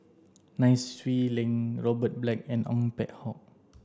Nai Swee Leng Robert Black and Ong Peng Hock